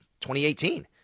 2018